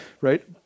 right